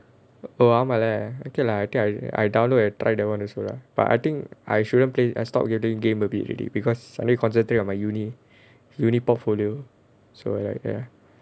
ஆமால:aamaala okay lah okay I download and try that [one] also lah but I think I shouldn't play I stopped getting game a bit already because I need to concentrate on my university university portfolio so like ya